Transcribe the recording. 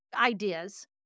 ideas